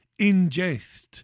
ingest